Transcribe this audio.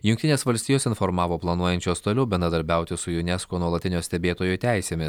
jungtinės valstijos informavo planuojančios toliau bendradarbiauti su unesco nuolatinio stebėtojo teisėmis